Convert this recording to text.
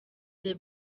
the